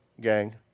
gang